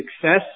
success